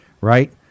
right